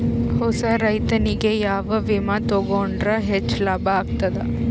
ಹೊಸಾ ರೈತನಿಗೆ ಯಾವ ವಿಮಾ ತೊಗೊಂಡರ ಹೆಚ್ಚು ಲಾಭ ಆಗತದ?